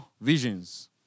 visions